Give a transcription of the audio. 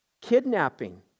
kidnapping